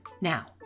Now